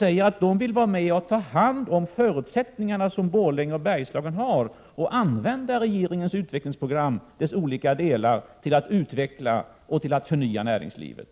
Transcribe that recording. De sade att de vill vara med och ta hand om de förutsättningar som Borlänge och Bergslagen har och använda regeringens utvecklingsprogram i dess olika delar till att utveckla och förnya näringslivet.